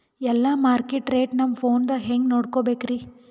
ಎಲ್ಲಾ market rate ನಮ್ ಫೋನದಾಗ ಹೆಂಗ ನೋಡಕೋಬೇಕ್ರಿ?